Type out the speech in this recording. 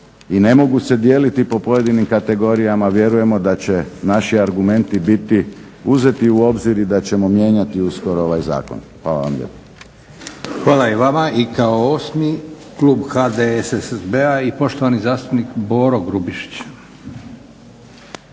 i ne mogu se dijeliti po pojedinim kategorijama, vjerujemo da će naši argumenti biti uzeti u obzir i da ćemo mijenjati uskoro ovaj zakon. Hvala vam lijepo.